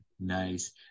Nice